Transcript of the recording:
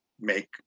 make